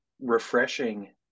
refreshing